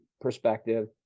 perspective